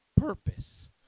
purpose